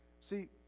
See